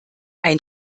ein